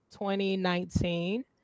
2019